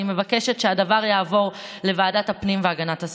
אני מבקשת שהדבר יעבור לוועדת הפנים והגנת הסביבה.